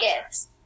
gifts